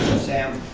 sam.